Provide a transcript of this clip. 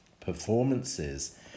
performances